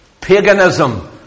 paganism